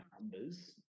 numbers